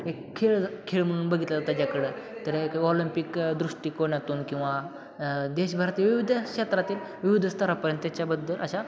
एक खेळ खेळ म्हणून बघितलं त्याच्याकडं तर ऑलम्पिक दृष्टिकोनातून किंवा देशभारत विविध क्षेत्रातील विविध स्तरापर्यंत त्याच्याबद्दल अशा